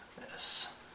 Yes